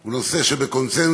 הוא נושא שבקונסנזוס.